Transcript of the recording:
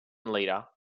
leader